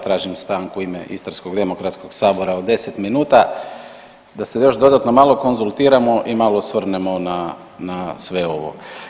Tražim stanku u ime Istarskog demokratskog sabora do 10 minuta da se još dodatno malo konzultiramo i malo osvrnemo na, na sve ovo.